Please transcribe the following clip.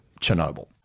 Chernobyl